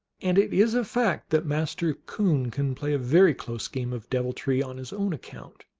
and it is a fact that master coon can play a very close game of deviltry on his own account.